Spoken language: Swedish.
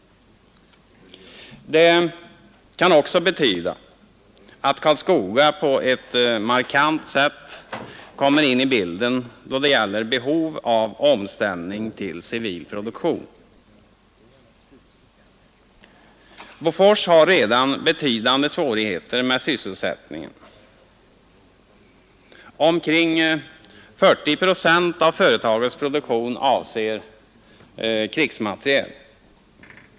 Det kan också betyda att Karlskoga på ett markant sätt kommer in i bilden då det gäller behov av omställning till civil produktion. Bofors har redan betydande svårigheter med sysselsättningen. Omkring 40 procent av företagets produktion avser krigsmateriel.